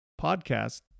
podcast